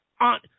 on